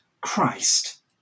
Christ